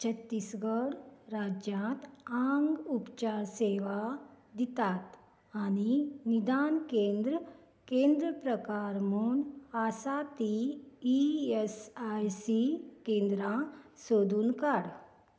छत्तीसगढ राज्यांत आंग उपचार सेवा दितात आनी निदान केंद्र केंद्र प्रकार म्हूण आसा तीं ईएसआयसी केंद्रां सोदून काड